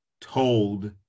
told